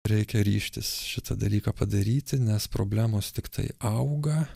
reikia ryžtis šitą dalyką padaryti nes problemos tiktai auga